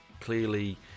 Clearly